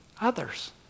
others